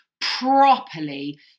properly